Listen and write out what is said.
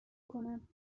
کنم